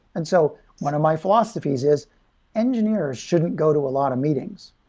and so one of my philosophies is engineers shouldn't go to a lot of meetings.